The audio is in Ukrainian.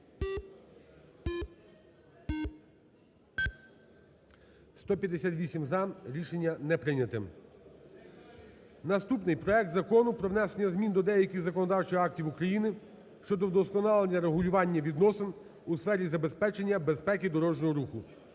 За-158 Рішення не прийнято. Наступний: проект Закону про внесення змін до деяких законодавчих актів України щодо вдосконалення регулювання відносин у сфері забезпечення безпеки дорожнього руху